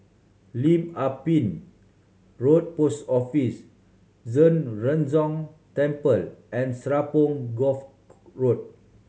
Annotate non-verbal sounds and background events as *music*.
Lim Ah Pin Road Post Office Zhen Ren Gong Temple and Serapong Course *unintelligible* Road